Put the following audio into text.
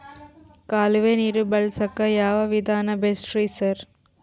ಕಾಲುವೆ ನೀರು ಬಳಸಕ್ಕ್ ಯಾವ್ ವಿಧಾನ ಬೆಸ್ಟ್ ರಿ ಸರ್?